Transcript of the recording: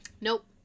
Nope